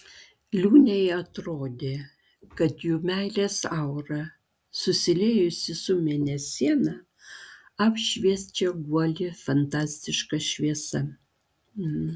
liūnei atrodė kad jų meilės aura susiliejusi su mėnesiena apšviečia guolį fantastiška šviesa